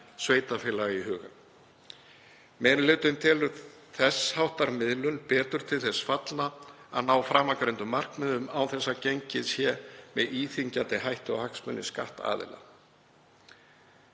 sveitarfélaga í huga. Meiri hlutinn telur þess háttar miðlun betur til þess fallna að ná framangreindum markmiðum án þess að gengið sé með íþyngjandi hætti á hagsmuni skattaðila.